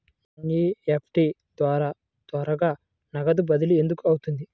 NEFT ద్వారా త్వరగా నగదు బదిలీ ఎందుకు అవుతుంది?